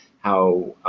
how